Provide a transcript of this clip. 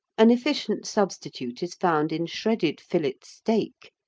an efficient substitute is found in shredded fillet steak,